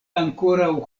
ankoraŭ